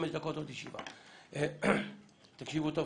תקשיבו טוב-טוב,